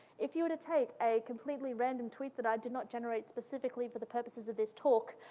if you were to take a completely random tweet did did not generate specifically for the purposes of this talk,